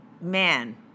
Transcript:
Man